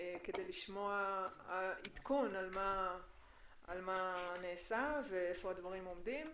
כדי לשמוע עדכון על מה שנעשה ואיפה הדברים עומדים.